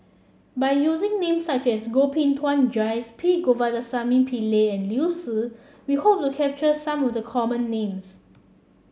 by using names such as Koh Bee Tuan Joyce P Govindasamy Pillai and Liu Si we hope to capture some of the common names